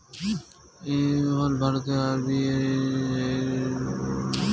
Equifax হল ভারতের RBI নিবন্ধিত ক্রেডিট ব্যুরোগুলির মধ্যে একটি